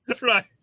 Right